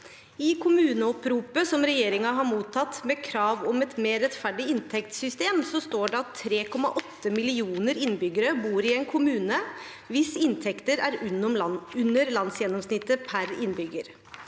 «I kommune- oppropet regjeringen har mottatt med krav om et mer rettferdig inntektssystem, står det at 3,8 millioner innbyggere bor i en kommune hvis inntekter er under landsgjennomsnittet per innbygger.